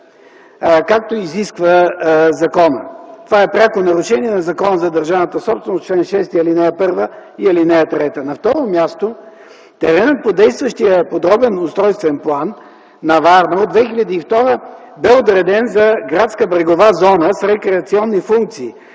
както изисква законът. Това е пряко нарушение на Закона за държавната собственост – чл. 6, ал. 1 и ал. 3. На второ място, теренът по действащия подробен устройствен план на гр. Варна от 2002 г. бе отреден за градска брегова зона с рекреационни функции.